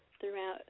throughout